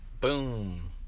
boom